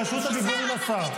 רשות הדיבור היא לשר.